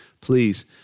please